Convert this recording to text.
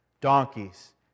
donkeys